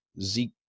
Zeke